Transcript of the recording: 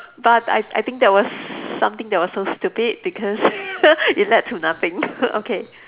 but I I think that was something that was so stupid because it led to nothing okay